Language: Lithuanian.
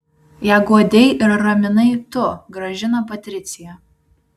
ją guodei ir raminai tu gražina patricija